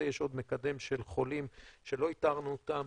יש עוד מקדם של חולים שלא איתרנו אותם